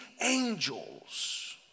angels